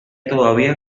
todavía